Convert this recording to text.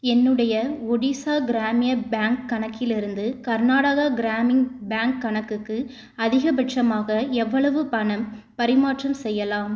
என்னுடைய ஒடிஷா கிராமிய பேங்க் கணக்கிலிருந்து கர்நாடகா கிராமின் பேங்க் கணக்குக்கு அதிகபட்சமாக எவ்வளவு பணம் பரிமாற்றம் செய்யலாம்